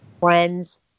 friends